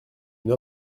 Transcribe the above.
une